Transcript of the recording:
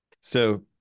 So-